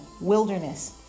wilderness